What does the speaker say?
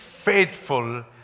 Faithful